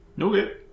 Okay